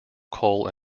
coal